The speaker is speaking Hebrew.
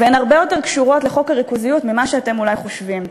והן קשורות לחוק הריכוזיות הרבה יותר ממה שאתם אולי חושבים.